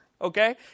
Okay